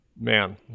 Man